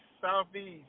southeast